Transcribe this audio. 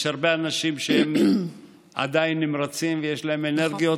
יש הרבה אנשים שהם עדיין נמרצים ויש להם אנרגיות,